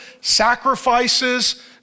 sacrifices